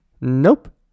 Nope